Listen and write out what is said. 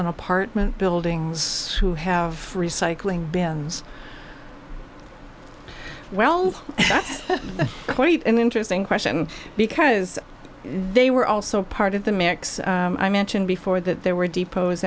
on apartment buildings who have recycling bins well that's an interesting question because they were also part of the mix i mentioned before that there were depots